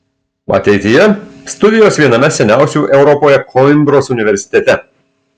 ateityje studijos viename seniausių europoje koimbros universitete